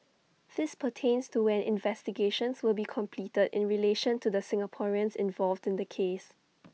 this pertains to when investigations will be completed in relation to the Singaporeans involved in the case